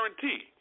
guarantee